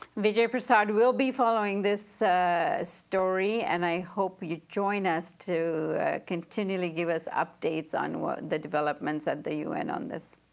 vijay prashad, we'll be following this story. and i hope you'll join us to continually give us updates on the developments at the un on this.